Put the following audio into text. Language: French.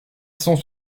cent